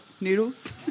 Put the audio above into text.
noodles